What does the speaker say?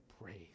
praise